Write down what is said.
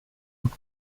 gut